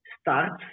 starts